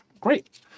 Great